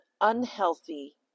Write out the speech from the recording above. unhealthy